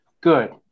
Good